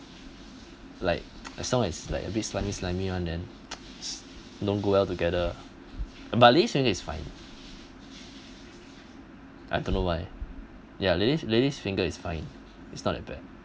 like as long as like a bit slimy slimy one then don't go well together but ladies fingers is fine I don't know why ya ladies ladies finger is fine it's not that bad